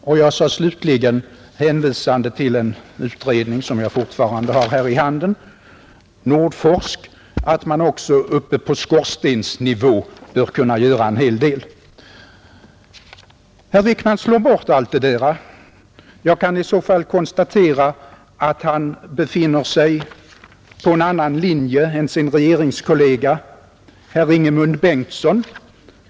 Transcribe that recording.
Och jag sade slutligen, hänvisande till en utredning som jag fortfarande har i handen här — Nordforsk — att man också uppe på skorstensnivå bör kunna göra en hel del. Herr Wickman slår bort allt det där. Jag kan i så fall konstatera att han befinner sig på en annan linje än sin regeringskollega herr Ingemund Bengtsson.